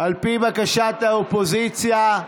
על פי בקשת האופוזיציה,